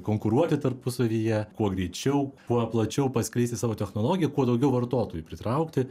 konkuruoti tarpusavyje kuo greičiau kuo plačiau paskleisti savo technologiją kuo daugiau vartotojų pritraukti